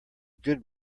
good